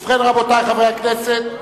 ובכן, רבותי חברי הכנסת,